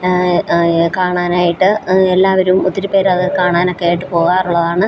കാണാനായിട്ട് എല്ലാവരും ഒത്തിരി പേര് അത് കാണാനൊക്കെ ആയിട്ട് പോകാറുള്ളതാണ്